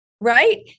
Right